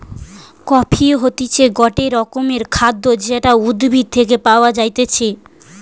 coffee হতিছে গটে রকমের খাদ্য যেটা উদ্ভিদ থেকে পায়া যাইতেছে